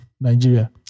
Nigeria